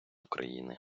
україни